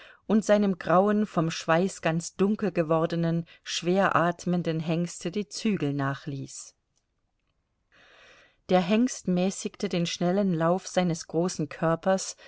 und seinem grauen vom schweiß ganz dunkel gewordenen schwer atmenden hengste die zügel nachließ der hengst mäßigte den schnellen lauf seines großen körpers